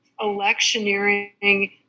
electioneering